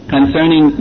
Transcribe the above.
Concerning